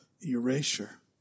Erasure